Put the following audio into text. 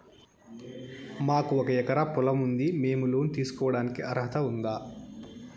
మాకు ఒక ఎకరా పొలం ఉంది మేము లోను తీసుకోడానికి అర్హత ఉందా